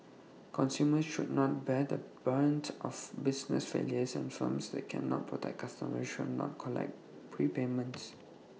consumers should not bear the brunt of business failures and firms that cannot protect customers should not collect prepayments